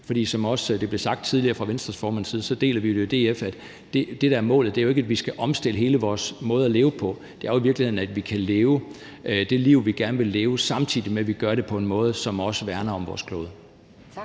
For som det også blev sagt tidligere fra Venstres formands side – og det synspunkt deler vi i DF – er det, der er målet, jo ikke, at vi skal omstille hele vores måde at leve på. Det er jo i virkeligheden, at vi kan leve det liv, vi gerne vil leve, samtidig med at vi gør det på en måde, som også værner om vores klode.